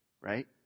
right